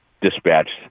dispatched